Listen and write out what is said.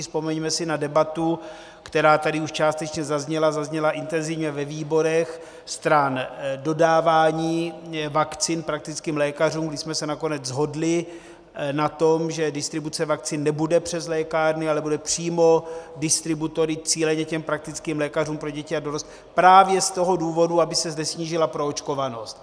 Vzpomeňme si na debatu, která tady už částečně zazněla, zazněla intenzivně ve výborech stran dodávání vakcín praktickým lékařům, kdy jsme se nakonec shodli na tom, že distribuce vakcín nebude přes lékárny, ale bude přímo distributory cíleně praktickým lékařům pro děti a dorost právě z toho důvodu, aby se zde snížila proočkovanost.